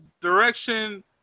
direction